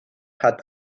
had